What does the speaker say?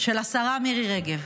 של השרה מירי רגב.